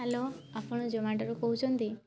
hello ଆପଣ ଜୋମାଟୋରୁ କହୁଛନ୍ତି